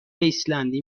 ایسلندی